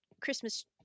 Christmas